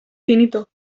finito